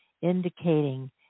indicating